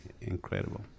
incredible